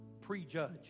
prejudge